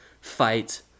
fight